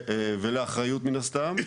ולאחריות מן הסתם,